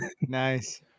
nice